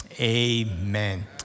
Amen